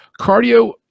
Cardio